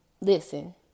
listen